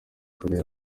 koreya